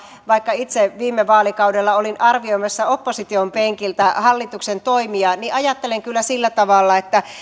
vaikka itse viime vaalikaudella olin arvioimassa opposition penkiltä hallituksen toimia niin ajattelen kyllä sillä tavalla että